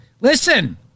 listen